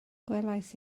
gwelais